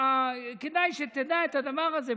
כדאי שתדע את הדבר הזה,